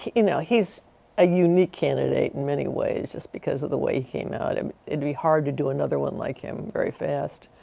you know he's a unique candidate in many ways just because of the way he came out. it'd be hard to do another one like him very fast